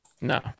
No